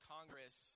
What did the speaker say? Congress